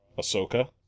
Ahsoka